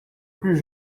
plus